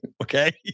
Okay